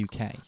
UK